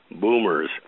boomers